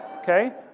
Okay